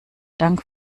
dank